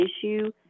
issue